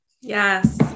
Yes